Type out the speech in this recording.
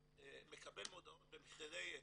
שמקבל מודעות במחירי היצף,